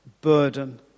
burden